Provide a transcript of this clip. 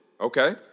Okay